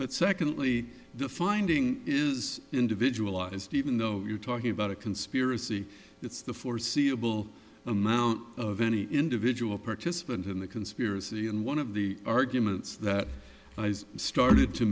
but secondly the finding is individual ised even though you're talking about a conspiracy it's the foreseeable amount of any individual participant in the conspiracy and one of the arguments that started to